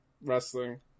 Wrestling